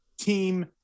Team